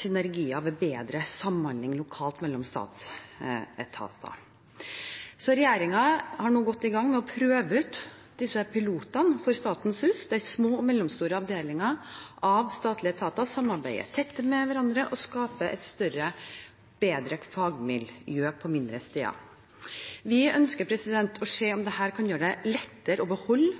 synergier ved bedre samhandling lokalt mellom statsetater. Regjeringen har nå gått i gang med å prøve ut disse pilotene for Statens hus, der små og mellomstore avdelinger i statlige etater samarbeider tett med hverandre og skaper et større og bedre fagmiljø på mindre steder. Vi ønsker å se om dette kan gjøre det lettere å beholde